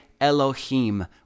Elohim